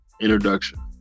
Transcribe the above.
introduction